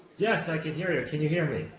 yes i can hear you. can you hear me?